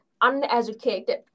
uneducated